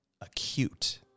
acute